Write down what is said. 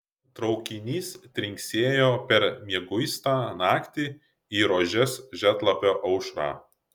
traukinys trinksėjo per mieguistą naktį į rožės žiedlapio aušrą